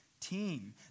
team